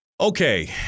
Okay